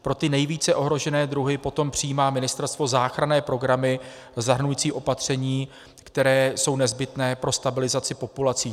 Pro ty nejvíce ohrožené druhy potom přijímá ministerstvo záchranné programy zahrnující opatření, která jsou nezbytná pro stabilizaci populací.